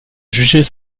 juger